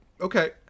okay